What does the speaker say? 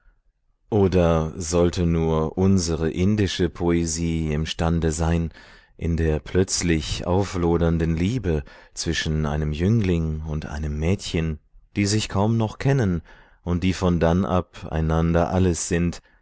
oder sollte nur unsere indische poesie imstande sein in der plötzlich auflodernden liebe zwischen einem jüngling und einem mädchen die sich kaum noch kennen und die von dann ab einander alles sind